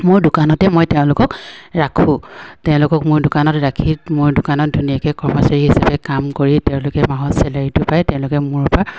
মোৰ দোকানতে মই তেওঁলোকক ৰাখোঁ তেওঁলোকক মোৰ দোকানত ৰাখি মোৰ দোকানত ধুনীয়াকে কৰ্মচাৰী হিচাপে কাম কৰি তেওঁলোকে মাহত ছেলাৰীটো পায় তেওঁলোকে মোৰ পৰা